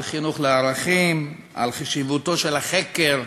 על חינוך לערכים, על חשיבותו של החקר,